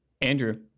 Andrew